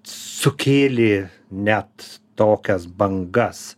sukėlė net tokias bangas